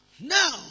Now